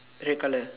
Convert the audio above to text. red colour